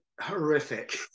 horrific